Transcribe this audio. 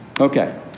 Okay